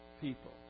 people